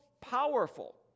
powerful